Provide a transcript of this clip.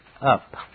up